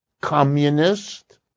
communist